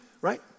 right